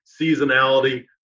seasonality